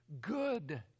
good